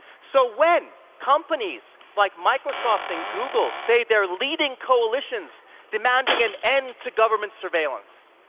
so when companies like microsoft and google say they're leading coalitions demanding an end to government surveillance,